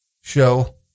show